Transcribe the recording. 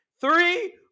Three